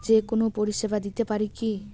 যে কোনো পরিষেবা দিতে পারি কি?